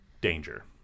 danger